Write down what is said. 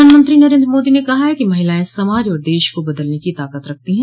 प्रधानमंत्री नरेन्द्र मोदी ने कहा है कि महिलाएं समाज और देश को बदलने की ताकत रखती हैं